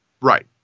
Right